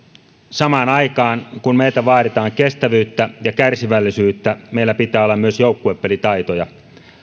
samaan aikaan kun meiltä vaaditaan kestävyyttä ja kärsivällisyyttä meillä pitää olla myös joukkuepelitaitoja